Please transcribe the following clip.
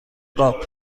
قاب